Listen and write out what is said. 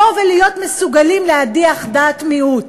להיות מסוגלים להדיח דעת מיעוט?